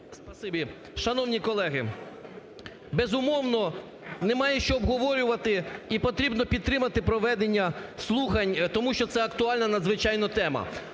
Спасибі. Шановні колеги, безумовно, немає що обговорювати і потрібно підтримати проведення слухань, тому що це актуальна надзвичайно тема.